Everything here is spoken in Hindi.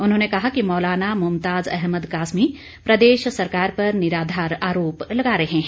उन्होंने कि मौलाना मुमताज अहमद कासमी प्रदेश सरकार पर निराधार आरोप लगा रहे है